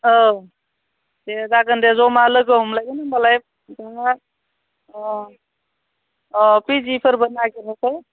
औ दे जागोन दे जमा लोगो हमलायगोन होमब्लालाय दा अ अ पिजिफोरबो नागिरनोसै